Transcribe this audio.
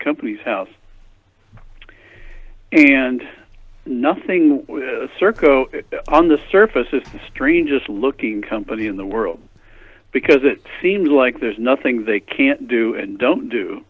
companies house and nothing serco on the surface is the strangest looking company in the world because it seems like there's nothing they can't do and don't do